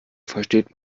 versteht